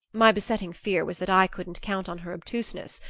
my besetting fear was that i couldn't count on her obtuseness.